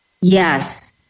Yes